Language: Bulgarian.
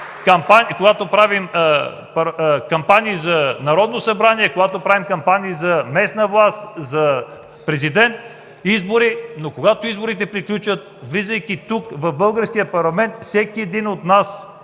парламентарни кампании за Народно събрание, когато правим кампании за местна власт, за президент, и избори. Когато изборите приключат, влизайки тук, в българският парламент, всеки един от нас